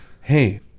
hey